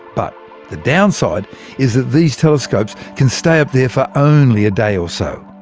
but the downside is that these telescopes can stay up there for only a day or so.